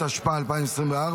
התשפ"ה 2024,